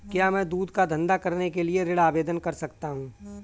क्या मैं दूध का धंधा करने के लिए ऋण आवेदन कर सकता हूँ?